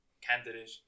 candidate